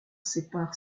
sépare